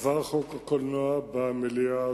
עבר חוק הקולנוע במליאה הזאת.